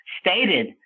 stated